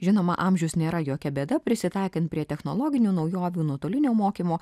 žinoma amžius nėra jokia bėda prisitaikant prie technologinių naujovių nuotolinio mokymo